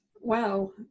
Wow